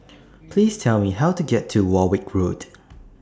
Please Tell Me How to get to Warwick Road